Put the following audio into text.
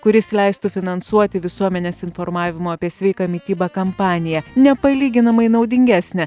kuris leistų finansuoti visuomenės informavimo apie sveiką mitybą kampaniją nepalyginamai naudingesnę